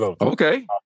Okay